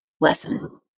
lesson